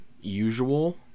usual